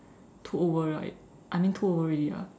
too over right I mean to over already ah